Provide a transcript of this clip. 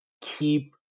keep